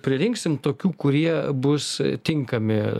pririnksim tokių kurie bus tinkami